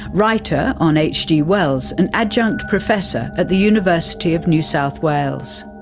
writer on hg wells and adjunct professor at the university of new south wales.